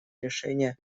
решения